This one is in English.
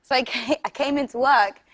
like i came into work,